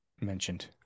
mentioned